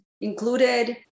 included